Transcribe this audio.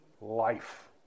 life